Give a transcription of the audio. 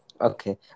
Okay